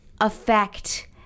affect